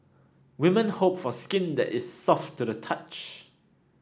women hope for skin that is soft to the touch